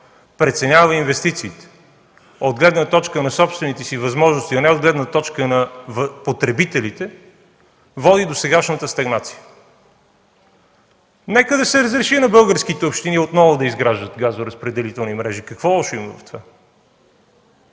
преценява всички инвестиции от гледна точка на собствените си възможности, а не от гледна точка на потребителите, води до сегашната стагнация. Нека да се разреши на българските общини отново да изграждат газоразпределителни мрежи, какво лошо има в това?